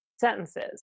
sentences